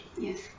Yes